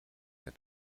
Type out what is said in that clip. der